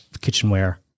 kitchenware